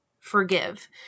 forgive